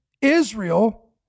Israel